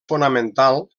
fonamental